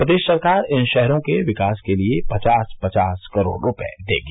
प्रदेश सरकार इन शहरों के विकास के लिये पचास पचास करोड़ रूपये देगी